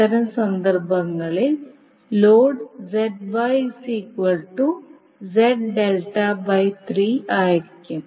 അത്തരം സന്ദർഭങ്ങളിൽ ലോഡ് ആയിരിക്കും